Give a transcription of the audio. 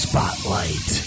Spotlight